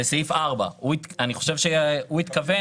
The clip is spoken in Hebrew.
בסעיף 4. אני חושב שהוא התכוון,